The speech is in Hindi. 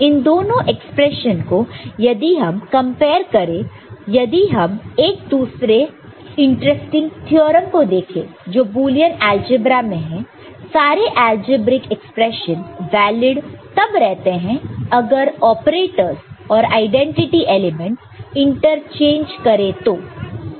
इन दोनों एक्सप्रेशन को यदि हम कंपेयर करें और यदि हम एक दूसरे इंटरेस्टिंग थ्योरम को देखें जो बुलियन अलजेब्रा में है सारे अलजेब्रिक एक्सप्रेशन वैलीड तब रहते है अगर ऑपरेटरस और आईडेंटिटी एलिमेंटस इंटरचेंज करे तो